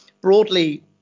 broadly